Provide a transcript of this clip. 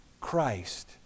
Christ